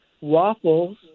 waffles